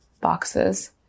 boxes